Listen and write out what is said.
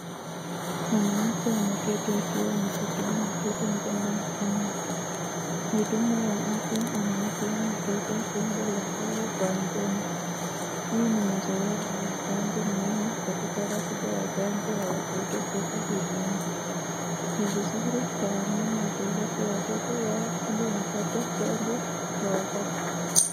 Mwanamke ameketi akiwa ameshikilia mtoto mchanga mkononi, muhudumu wa afya anampea mtoto donge la dawa kwa mdomo, hii Ni moja yapo ya chanjo muhumu katiba ratiba ya chanjo ya watoto kote duniaani ni vizuri kwa akina mama kupeleka watoto wao iliwaeze kupata chanjo Kwa wakati.